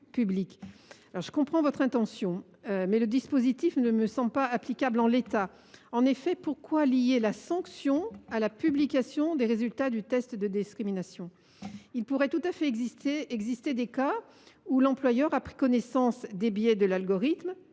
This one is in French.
Je comprends votre intention, mais le dispositif ne me semble pas applicable en l’état. En effet, pourquoi lier la sanction à la publication des résultats d’un test de discrimination ? Dans certains cas, l’employeur pourrait avoir pris connaissance des biais de l’algorithme